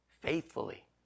faithfully